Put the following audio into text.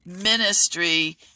ministry